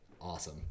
awesome